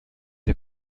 der